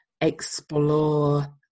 explore